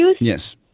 Yes